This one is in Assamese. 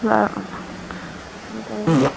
তেনেকে